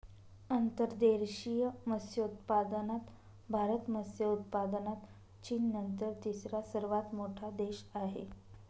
अंतर्देशीय मत्स्योत्पादनात भारत मत्स्य उत्पादनात चीननंतर तिसरा सर्वात मोठा देश आहे